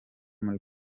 muri